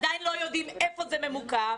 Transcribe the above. עדיין לא יודעים איפה היא תוקם.